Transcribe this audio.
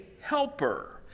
helper